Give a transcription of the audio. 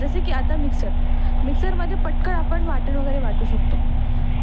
जसे की आता मिक्सर मिक्सरमध्ये पटक आपणन वाटण वगरे वाटू शकतो